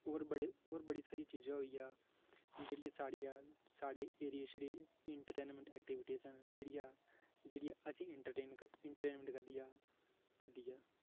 होर बड़े होर बड़ी सारियां चीजां होइयां जेह्ड़ियां साढ़ियां साढ़े एरिये च जेह्ड़े इंटरटेनमैंट ऐन जेह्ड़ियां असें ई इंटरटेन करदियां करदियां